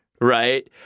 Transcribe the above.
right